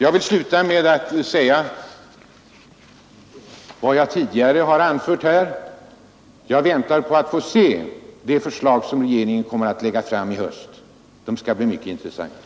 Jag vill sluta med att säga vad jag tidigare har anfört här, nämligen att jag väntar på att få se de förslag som regeringen kommer att lägga fram i höst. De skall bli mycket intressanta.